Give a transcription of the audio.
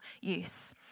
use